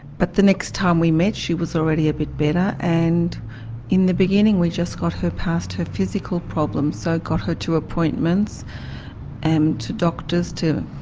but the next time we met she was already a bit better, and in the beginning we just got her past her physical problems, so got her to appointments and to doctors to